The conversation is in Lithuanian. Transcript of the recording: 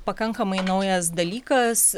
pakankamai naujas dalykas